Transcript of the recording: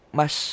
mas